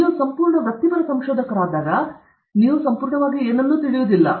ನೀವು ಸಂಪೂರ್ಣ ವೃತ್ತಿಪರ ಸಂಶೋಧಕರಾದಾಗ ನೀವು ಸಂಪೂರ್ಣವಾಗಿ ಏನನ್ನೂ ತಿಳಿದಿಲ್ಲ